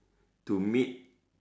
to meet